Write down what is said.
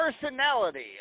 personality